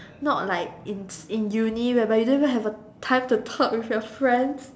not like in in uni where by you don't even have the time to talk with your friends